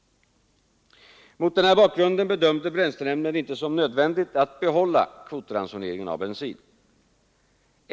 Mot denna bakgrund bedömde bränslenämnden det inte som nödvändigt att behålla kvotransoneringen av bensin.